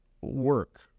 work